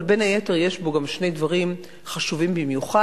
אבל בין היתר יש פה גם שני דברים חשובים במיוחד,